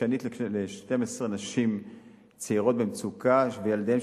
חדשנית לכ-12 נשים צעירות במצוקה עם ילדיהן,